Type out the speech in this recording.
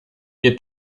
ihr